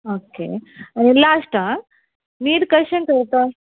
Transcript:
okay last आं वीद कशें करता